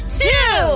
two